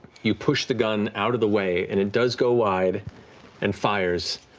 you push the gun out of the way, and it does go wide and fires.